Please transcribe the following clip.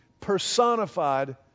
personified